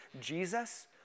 Jesus